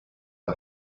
the